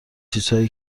چیزهایی